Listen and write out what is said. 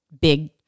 big